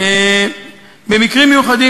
במקרים מיוחדים,